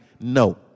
no